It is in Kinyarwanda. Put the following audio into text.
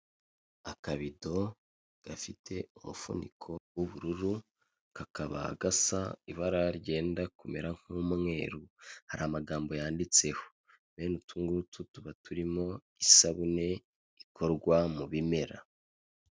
Akabido gafite umufuniko w'ubururu kakaba gasa ibara ryenda kumera nk'umweru, hari amagambo yanditseho. Bene utu ngutu tuba turimo isabune ikorwa mu bimera.